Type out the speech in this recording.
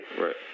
Right